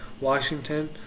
Washington